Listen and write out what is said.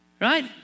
right